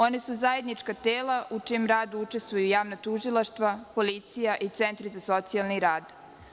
One su zajednička tela u čijem radu učestvuju javna tužilaštva, policija i centri za socijalni rad.